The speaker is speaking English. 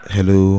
Hello